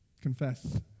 Confess